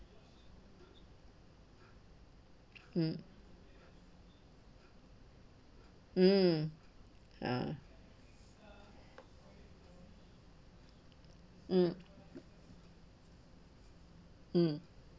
mm mm ya mm mm